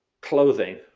clothing